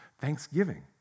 thanksgiving